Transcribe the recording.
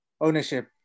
ownership